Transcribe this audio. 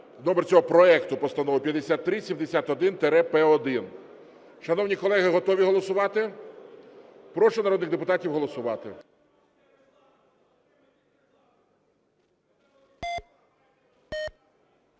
цього проекту Постанови 5371-П1. Шановні колеги, готові голосувати? Прошу народних депутатів голосувати.